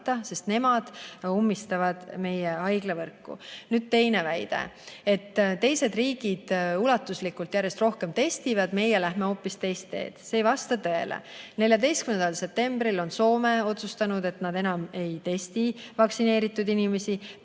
sest nemad ummistavad meie haiglavõrku. Nüüd, teine väide, et teised riigid ulatuslikult järjest rohkem testivad, meie lähme hoopis teed. See ei vasta tõele. 14. septembril otsustas Soome, et nad enam ei testi vaktsineeritud inimesi.